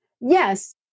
Yes